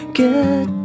get